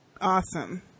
awesome